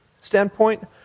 standpoint